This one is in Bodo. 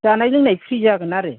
जानाय लोंनाय फ्रि जागोन आरो